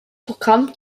programm